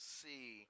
see